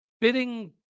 bidding